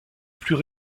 plus